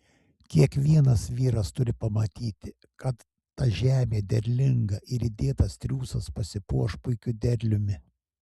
kiekvienas vyras turi pamatyti kad ta žemė derlinga ir įdėtas triūsas pasipuoš puikiu derliumi